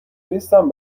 نیستن